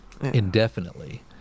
indefinitely